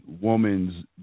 woman's